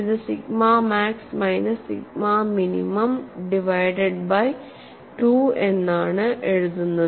ഇത് sigma max minus sigma minimum divided by 2 എന്നാണ് എഴുതുന്നത്